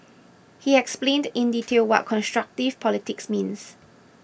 he explained in detail what constructive politics means